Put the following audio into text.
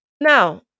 now